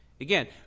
Again